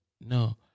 no